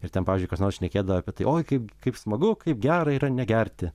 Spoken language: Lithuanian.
ir ten pavyzdžiui kas nors šnekėdavo apie tai oi kaip kaip smagu kaip gera yra negerti